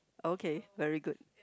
okay very good